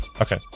Okay